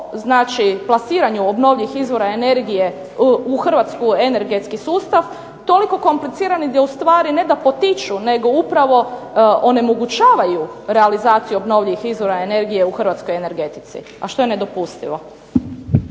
o plasiranju obnovljivih izvora energije u Hrvatski energetski sustav toliko komplicirani koji ustvari ne da potiču nego upravo onemogućavaju realizaciju obnovljivih izvora energije u Hrvatskoj energetici, što je nedopustivo.